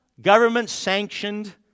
government-sanctioned